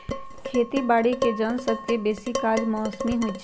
खेती बाड़ीके जन सभके बेशी काज मौसमी होइ छइ